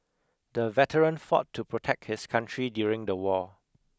the veteran fought to protect his country during the war